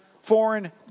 foreign